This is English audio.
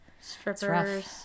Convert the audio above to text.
strippers